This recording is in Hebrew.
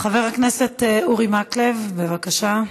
חבר הכנסת אורי מקלב, בבקשה.